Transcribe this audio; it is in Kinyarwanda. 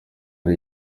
ari